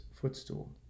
footstool